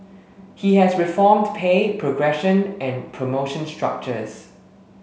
he has reformed pay progression and promotion structures